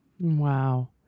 Wow